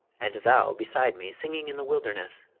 and thou beside me singing in the wilderness